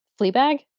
Fleabag